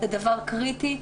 זה דבר קריטי,